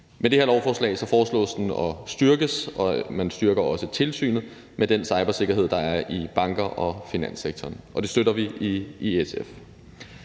Med det her lovforslag foreslås det at styrke det. Man styrker også tilsynet med den cybersikkerhed, der er i banker og i finanssektoren. Det støtter vi i SF.